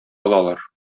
алалар